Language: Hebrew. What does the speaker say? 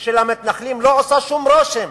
של המתנחלים לא עושה שום רושם.